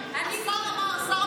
רגע,